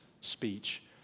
speech